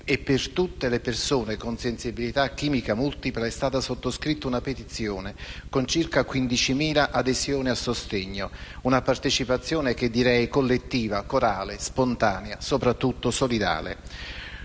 e per tutti i malati con sensibilità chimica multipla, è stata sottoscritta una petizione con circa 15.000 adesioni a sostegno: una partecipazione collettiva, corale, spontanea e, soprattutto, solidale.